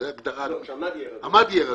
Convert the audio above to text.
שהמד יהיה רדום.